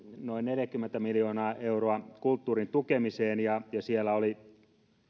noin neljäkymmentä miljoonaa euroa kulttuurin tukemiseen ja siellä oli